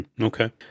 Okay